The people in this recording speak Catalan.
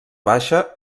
baixa